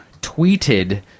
tweeted